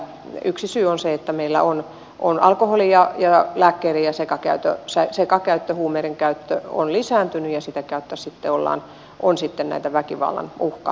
yksi syy on se että alkoholin ja lääkkeiden ja sekakäyttö huumeidenkäyttö on lisääntynyt ja sitä kautta sitten on näitä väkivallan uhkatilanteita